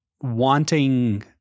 wanting